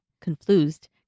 confused